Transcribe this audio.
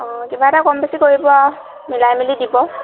কিবা এটা কম বেছ কৰিব আৰু মিলাই মিলি দিব